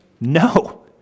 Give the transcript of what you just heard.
No